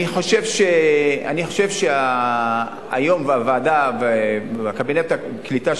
אני חושב שהיום קבינט הקליטה,